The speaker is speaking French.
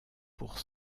pour